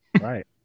right